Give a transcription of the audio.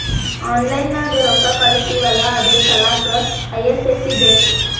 online ನಾಗ್ ರೊಕ್ಕಾ ಕಳುಸ್ತಿವ್ ಅಲ್ಲಾ ಅದುರ್ ಸಲ್ಲಾಕ್ ಐ.ಎಫ್.ಎಸ್.ಸಿ ಬೇಕ್